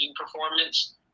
performance